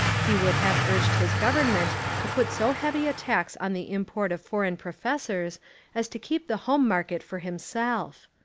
he would have urged his government to put so heavy a tax on the import of foreign professors as to keep the home market for himself.